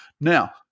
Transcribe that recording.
Now